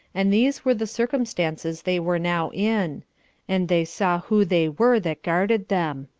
and these were the circumstances they were now in and they saw who they were that guarded them.